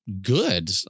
good